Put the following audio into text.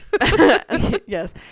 yes